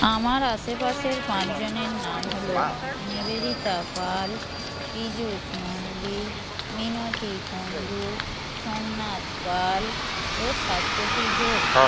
আমার আশেপাশের পাঁচজনের নাম হল নিবেদিতা পাল পীযূষ নন্দী মিনতি কুন্ডু সোমনাথ পাল ও শ্বাশতী ঘোষ